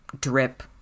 drip